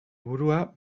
burua